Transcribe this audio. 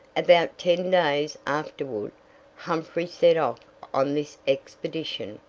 about ten days afterward humphrey set off on this expedition.